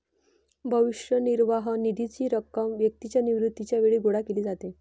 भविष्य निर्वाह निधीची रक्कम व्यक्तीच्या निवृत्तीच्या वेळी गोळा केली जाते